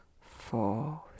Four